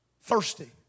Thirsty